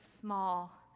small